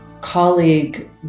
colleague